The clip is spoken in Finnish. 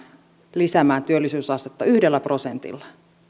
lisäämään työllisyysastetta yhdellä prosentilla